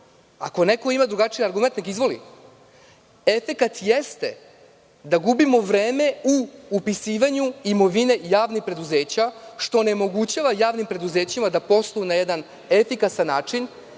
Ako neko ima drugačiji argument, neka izvoli. Efekat jeste da gubimo vreme u upisivanju imovine javnih preduzeća, što onemogućava javnim preduzećima da posluju na jedan efikasan način.